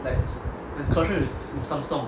like the corruption's with Samsung